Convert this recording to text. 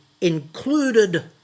included